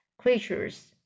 creatures